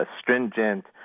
astringent